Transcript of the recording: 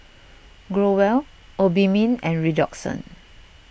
Growell Obimin and Redoxon